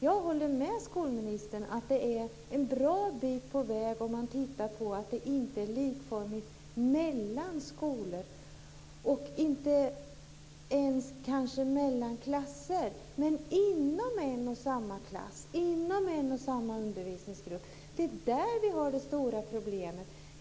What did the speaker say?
Jag håller med skolministern om att det är en bra bit på väg om man tittar på att det inte är likformigt mellan skolor, kanske inte ens mellan klasser. Men inom en och samma klass, inom en och samma undervisningsgrupp har vi det stora problemet.